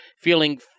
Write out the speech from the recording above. feeling